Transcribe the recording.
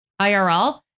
IRL